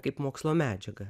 kaip mokslo medžiagą